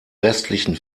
restlichen